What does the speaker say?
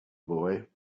boy